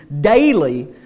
daily